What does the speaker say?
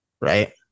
right